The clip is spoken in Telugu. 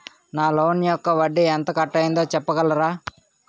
నా లోన్ యెక్క వడ్డీ ఎంత కట్ అయిందో చెప్పగలరా?